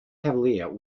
cavalier